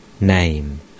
name